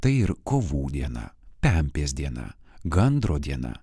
tai ir kovų diena pempės diena gandro diena